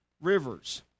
rivers